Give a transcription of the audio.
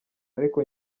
ariko